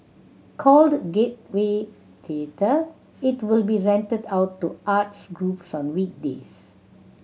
called Gateway Theatre it will be rented out to arts groups on weekdays